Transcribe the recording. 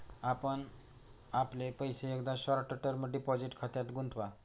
आपण आपले पैसे एकदा शॉर्ट टर्म डिपॉझिट खात्यात गुंतवा